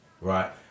right